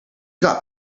got